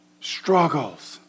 Struggles